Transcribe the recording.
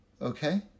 okay